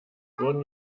wurden